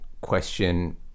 question